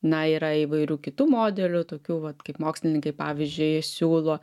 na yra įvairių kitų modelių tokių vat kaip mokslininkai pavyzdžiui siūlo